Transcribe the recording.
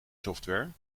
software